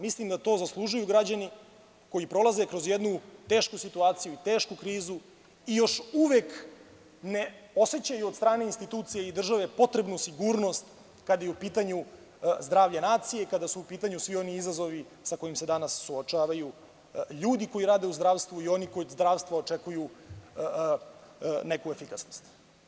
Mislim da to zaslužuju građani koji prolaze kroz jednu tešku situaciju, tešku krizu, i još uvek ne osećaju od strane institucija i države potrebnu sigurnost kada je u pitanju zdravlje nacije, kada su u pitanju svi oni izazovi sa kojima se danas suočavaju ljudi koji rade u zdravstvu i oni koji od zdravstva očekuju neku efikasnost.